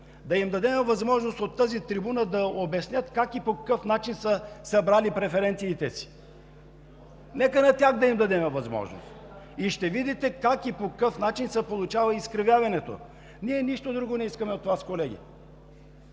да им дадем възможност от тази трибуна да обяснят как и по какъв начин са събрали преференциите си. Нека на тях да им дадем възможност. Ще видите как и по какъв начин се получава изкривяването. Ние нищо друго не искаме от Вас, колеги.